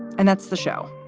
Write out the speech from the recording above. and that's the show.